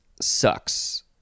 sucks